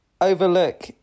overlook